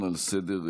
הכנסת,